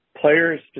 players